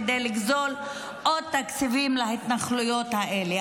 כדי לגזול עוד תקציבים להתנחלויות האלה.